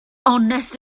honest